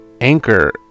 anchor